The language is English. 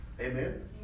Amen